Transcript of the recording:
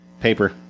Paper